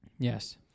Yes